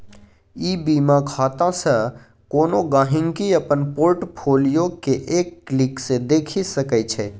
ई बीमा खातासँ कोनो गांहिकी अपन पोर्ट फोलियो केँ एक क्लिक मे देखि सकै छै